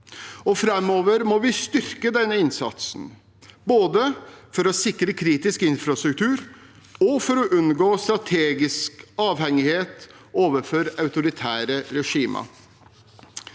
Framover må vi styrke denne innsatsen, både for å sikre kritisk infrastruktur og for å unngå strategisk avhengighet overfor autoritære regimer.